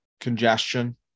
congestion